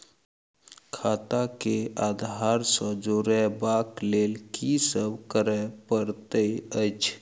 खाता केँ आधार सँ जोड़ेबाक लेल की सब करै पड़तै अछि?